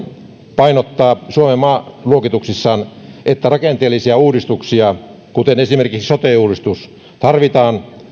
painottaa suomen maaluokituksissaan että rakenteellisia uudistuksia kuten esimerkiksi sote uudistus tarvitaan